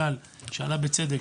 ובצדק,